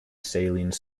saline